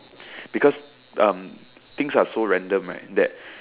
because um things are random right that